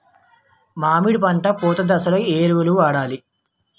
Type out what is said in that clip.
మామిడి పంట పూత దశలో ఏ ఎరువులను వాడాలి?